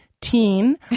teen